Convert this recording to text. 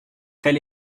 telle